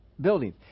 buildings